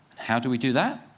how do we do that?